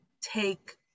take